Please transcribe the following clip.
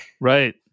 Right